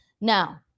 Now